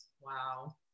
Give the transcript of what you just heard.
Wow